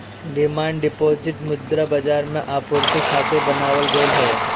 demand deposit मुद्रा बाजार के आपूर्ति खातिर बनावल गईल हवे